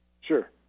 Sure